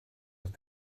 have